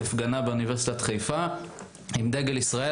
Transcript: הפגנה באוניברסיטת חיפה עם דגל ישראל.